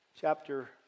chapter